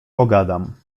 pogadam